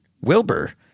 Wilbur